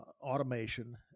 automation